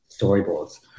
storyboards